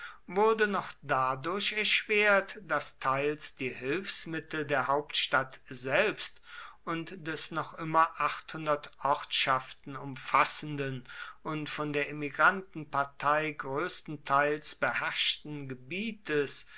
wurde noch dadurch erschwert daß teils die hilfsmittel der hauptstadt selbst und des noch immer ortschaften umfassenden und von der emigrantenpartei größtenteils beherrschten gebietes